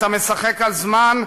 אתה משחק על זמן,